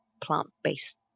plant-based